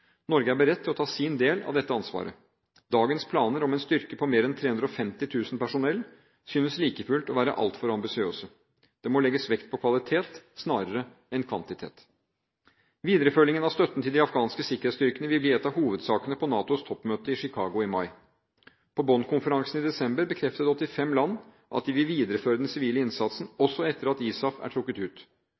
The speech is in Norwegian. Norge er beredt til å ta sin del av dette ansvaret. Dagens planer om en styrke på mer enn 350 000 personell synes like fullt å være altfor ambisiøse. Det må legges vekt på kvalitet snarere enn kvantitet. Videreføringen av støtten til de afghanske sikkerhetsstyrkene vil bli en av hovedsakene på NATOs toppmøte i Chicago i mai. På Bonn-konferansen i desember bekreftet 85 land at de vil videreføre den sivile innsatsen også etter at ISAF er trukket ut.